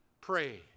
pray